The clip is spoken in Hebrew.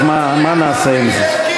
אז מה נעשה עם זה?